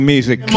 Music